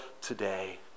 today